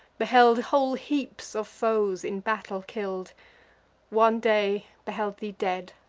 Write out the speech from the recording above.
beheld whole heaps of foes in battle kill'd one day beheld thee dead,